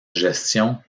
gestion